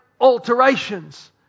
alterations